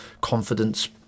confidence